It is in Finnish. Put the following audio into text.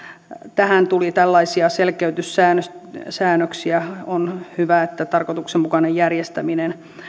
tähän tuli selkeytyssäännöksiä on hyvä että tarkoituksenmukainen järjestäminen